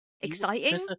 exciting